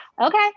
Okay